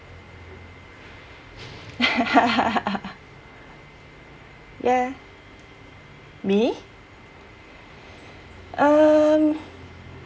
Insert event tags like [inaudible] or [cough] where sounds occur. [laughs] ya me um